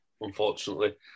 unfortunately